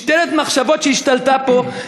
משטרת מחשבות שהשתלטה פה,